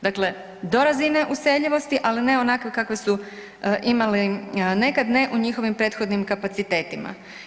Dakle, do razine useljivosti, ali ne onakve kakve su imali nekad, ne u njihovim prethodnim kapacitetima.